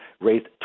raised